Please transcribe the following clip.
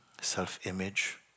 Self-image